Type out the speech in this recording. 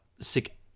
sick